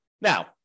Now